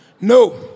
no